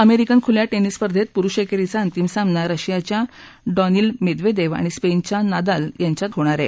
American खूल्या tennis स्पर्धेत पुरुष एकेरीचा अंतिम सामना रशियाच्या डॉनिल मेदवेदेव आणि स्पेनच्या नादाल यांच्यात होणार आहे